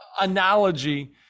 analogy